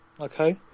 Okay